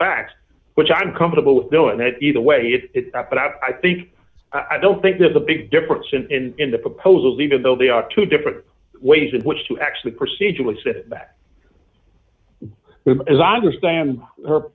facts which i'm comfortable with doing that either way but i think i don't think there's a big difference in in the proposal even though they are two different ways in which to actually procedurally sit back as i understand her